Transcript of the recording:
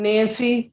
Nancy